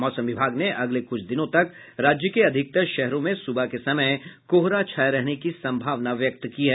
मौसम विभाग ने अगले कुछ दिनों तक राज्य के अधिकतर शहरों में सुबह के समय कोहरा छाये रहने की संभावना व्यक्त की है